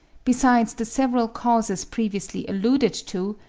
besides the several causes previously alluded to,